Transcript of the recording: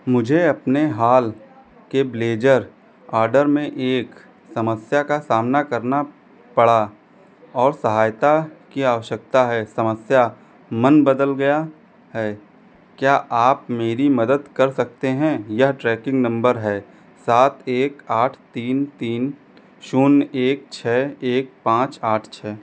मुझे अपने हाल के ब्लेजर आडर में एक समस्या का सामना करना पड़ा और सहायता की आवश्यकता है समस्या मन बदल गया है क्या आप मेरी मदत कर सकते हैं यह ट्रेकिंग नम्बर है सात एक आठ तीन तीन शून्य एक छः एक पांच आठ छः